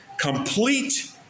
complete